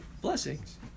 Blessings